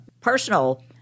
personal